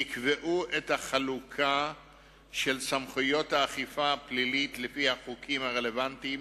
יקבעו את החלוקה של סמכויות האכיפה הפלילית לפי החוקים הרלוונטיים